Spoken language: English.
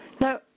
Now